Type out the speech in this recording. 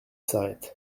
s’arrête